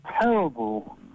terrible